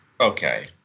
Okay